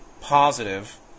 positive